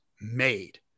made